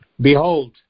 Behold